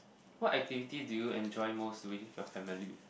what activity do you enjoy most doing with your family